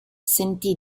sentì